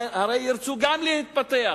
הרי ירצו גם להתפתח,